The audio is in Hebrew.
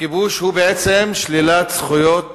הכיבוש הוא בעצם שלילת זכויות